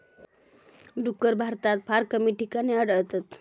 डुक्कर भारतात फार कमी ठिकाणी आढळतत